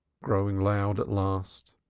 growing loud at last.